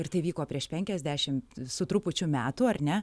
ir tai vyko prieš penkiasdešimt su trupučiu metų ar ne